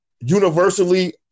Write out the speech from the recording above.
universally